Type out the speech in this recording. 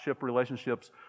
relationships